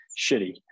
shitty